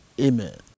amen